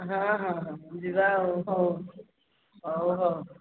ହଁ ହଁ ହଁ ଯିବା ଆଉ ହଉ ହଉ ହଉ